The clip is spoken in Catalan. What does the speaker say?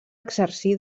exercir